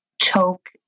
choke